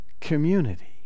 community